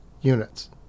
units